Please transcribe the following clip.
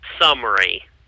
summary